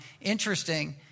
interesting